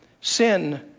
Sin